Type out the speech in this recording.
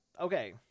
Okay